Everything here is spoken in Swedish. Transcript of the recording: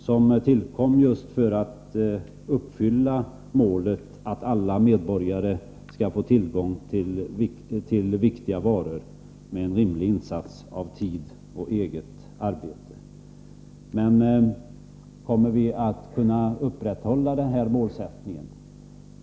Det tillkom just för att uppfylla målet att alla medborgare med en rimlig insats av tid och eget arbete skall ha tillgång till viktiga varor. Men kommer vi att kunna upprätthålla den här målsättningen?